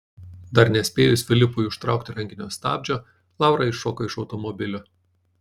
dar nespėjus filipui užtraukti rankinio stabdžio laura iššoko iš automobilio